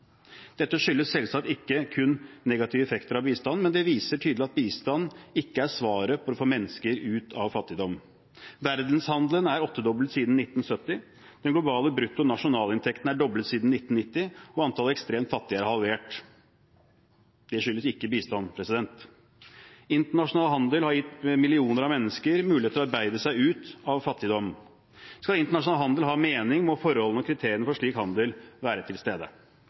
Dette skyldes selvsagt ikke kun negative effekter av bistand, men det viser tydelig at bistand ikke er svaret for å få mennesker ut av fattigdom. Verdenshandelen er åttedoblet siden 1970. Den globale bruttonasjonalinntekten er doblet siden 1990, og antallet ekstremt fattige er halvert. Det skyldes ikke bistand. Internasjonal handel har gitt millioner av mennesker mulighet til å arbeide seg ut av fattigdom. Skal internasjonal handel ha mening, må forholdene og kriteriene for slik handel være til stede.